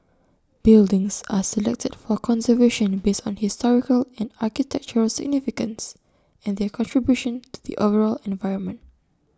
buildings are selected for conservation based on historical and architectural significance and their contribution to the overall environment